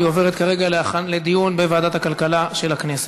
והיא עוברת כרגע לדיון בוועדת הכלכלה של הכנסת.